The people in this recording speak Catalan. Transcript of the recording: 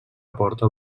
aporta